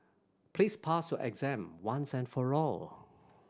please pass your exam once and for all